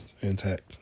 intact